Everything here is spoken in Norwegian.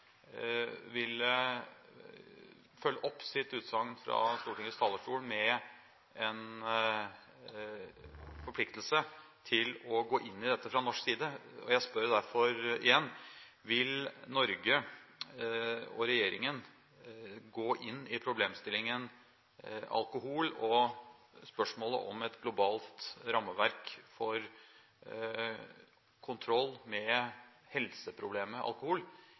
følge opp sitt utsagn fra Stortingets talerstol med en forpliktelse til å gå inn i dette fra norsk side. Jeg spør derfor igjen: Vil Norge, og regjeringen, gå inn i problemstillingen alkohol og spørsmålet om et globalt rammeverk for kontroll med helseproblemet alkohol,